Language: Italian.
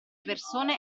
persone